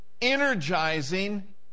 energizing